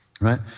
right